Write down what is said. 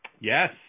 Yes